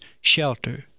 shelter